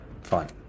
fine